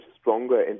stronger